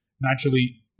naturally